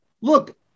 look